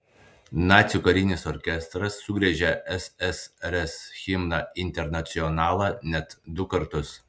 nacių karinis orkestras sugriežė ssrs himną internacionalą net du kartus